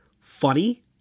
funny